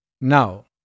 Now